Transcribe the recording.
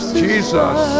jesus